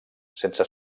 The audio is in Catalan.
sense